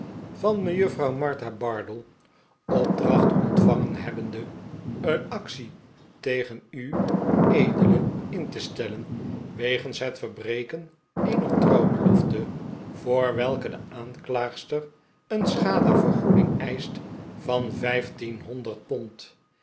van mejuffrouw martha bardell opdracht ontvangen hebbende een actie tegen ued in te stellen wegens het verbreken eener trouwbelofte voor welke de aanklaagster een schadevergoeding eischt van vijftienhonderd pond